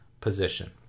position